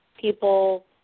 people